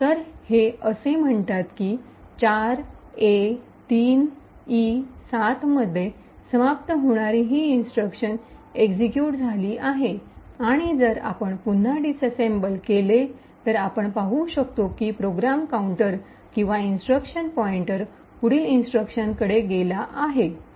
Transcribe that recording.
तर हे असे म्हणतात की 4a3e7 मध्ये समाप्त होणारी ही इंस्ट्रक्शन एक्सिक्यूट झाली आहे आणि जर आपण पुन्हा डिस्सेम्बल केले तर आपण पाहू शकतो की प्रोग्राम काउंटर किंवा इंस्ट्रक्शन पॉइन्टर पुढील इंस्ट्रक्शनकडे गेला आहे हे